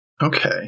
Okay